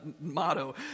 motto